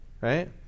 Right